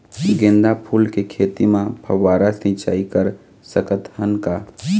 गेंदा फूल के खेती म फव्वारा सिचाई कर सकत हन का?